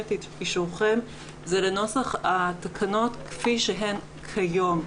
את אישורכם זה לנוסח התקנות כפי שהן כיום.